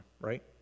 right